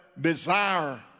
desire